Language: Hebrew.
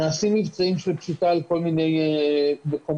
נעשים מבצעים של פשיטה על כל מיני מקומות,